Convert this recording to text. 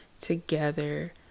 together